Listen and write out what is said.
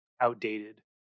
outdated